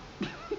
K